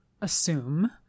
assume